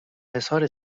حصار